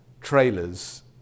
trailers